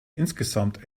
insgesamt